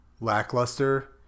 lackluster